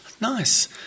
nice